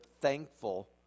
thankful